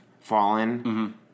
fallen